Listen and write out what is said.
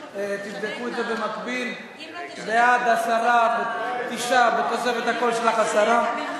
10. אני מודיע